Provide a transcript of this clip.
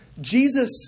Jesus